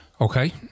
Okay